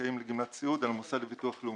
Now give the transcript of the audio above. הזכאים לגמלת סיעוד, על המוסד לביטוח לאומי,